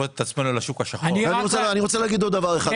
ואני רוצה להגיד עוד דבר אחד.